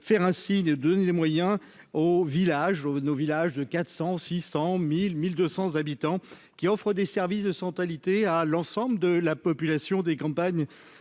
faire ainsi de donner les moyens au village nos village de 400 600000 1200 habitants qui offre des services de 100 alité à l'ensemble de la population des campagnes